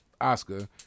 oscar